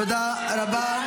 תודה רבה.